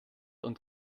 und